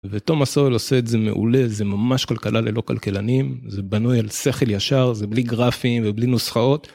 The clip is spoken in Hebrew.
ותומס הול עושה את זה מעולה, זה ממש כלכלה ללא כלכלנים. זה בנוי על שכל ישר, זה בלי גרפים ובלי נוסחאות.